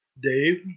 Dave